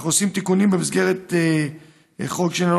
אנחנו עושים תיקונים במסגרת חוק שעניינו